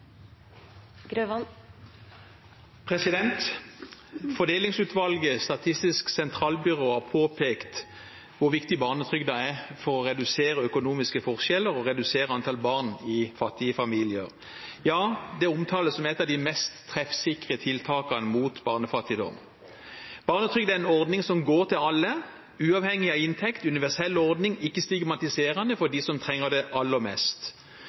for å redusere økonomiske forskjeller og redusere antallet barn som lever i fattige familier. Ja, den omtales som et av de mest treffsikre tiltakene mot barnefattigdom. Barnetrygden er en ordning som gjelder for alle, uavhengig av inntekt. Det er en universell ordning, som ikke er stigmatiserende for dem som trenger den aller mest.